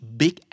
big